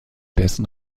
dessen